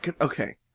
okay